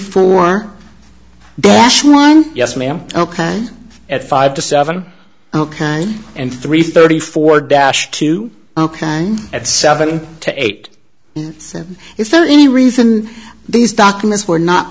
four daschle one yes ma'am ok at five to seven ok and three thirty four dash two ok at seven to eight is there any reason these documents were not